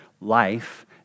life